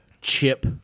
Chip